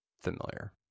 familiar